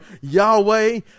Yahweh